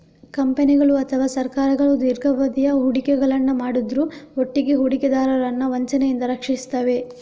ಕಂಪನಿಗಳು ಅಥವಾ ಸರ್ಕಾರಗಳು ದೀರ್ಘಾವಧಿಯ ಹೂಡಿಕೆಗಳನ್ನ ಮಾಡುದ್ರ ಒಟ್ಟಿಗೆ ಹೂಡಿಕೆದಾರರನ್ನ ವಂಚನೆಯಿಂದ ರಕ್ಷಿಸ್ತವೆ